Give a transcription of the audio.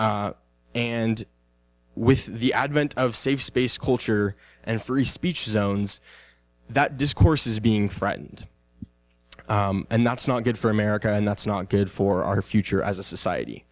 and with the advent of safe space culture and free speech zones that discourse is being threatened and that's not good for america and that's not good for our future as a society